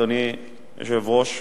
אדוני היושב-ראש,